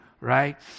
right